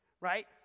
Right